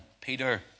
Peter